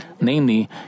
Namely